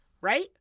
Right